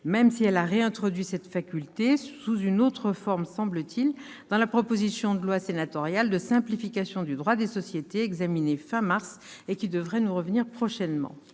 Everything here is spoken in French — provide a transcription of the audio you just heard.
même si elle a réintroduit cette faculté, sous une autre forme, me semble-t-il, dans la proposition de loi sénatoriale de simplification du droit des sociétés, examinée à la fin du mois de mars dernier et qui devrait revenir prochainement